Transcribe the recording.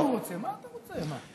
הציבור רוצה, מה אתה רוצה, מה?